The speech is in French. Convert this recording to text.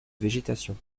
végétation